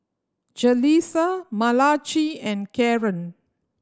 Jaleesa Malachi and Karren